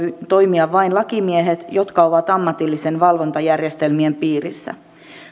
toimia vain lakimiehet jotka ovat ammatillisten valvontajärjestelmien piirissä